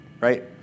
right